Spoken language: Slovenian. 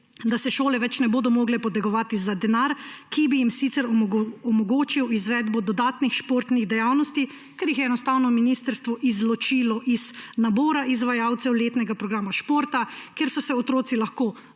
da se šole več ne bodo mogle potegovati za denar, ki bi jim sicer omogočil izvedbo dodatnih športnih dejavnosti, ker jih je enostavno ministrstvo izločilo iz nabora izvajalcev letnega programa športa, kjer so se otroci lahko